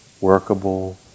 workable